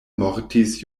mortis